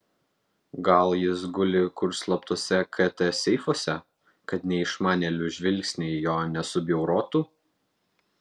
gal jis guli kur slaptuose kt seifuose kad neišmanėlių žvilgsniai jo nesubjaurotų